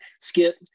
Skip –